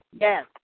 Yes